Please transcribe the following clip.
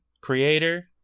creator